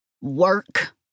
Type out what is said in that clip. work